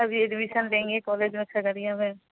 ابھی ایڈمیشن دیں گے کالج میں کھگڑیا میں